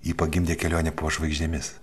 jį pagimdė kelionė po žvaigždėmis